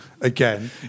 again